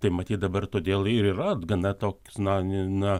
tai matyt dabar todėl ir yra gana toks na na